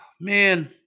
man